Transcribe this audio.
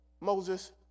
Moses